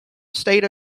state